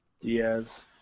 Diaz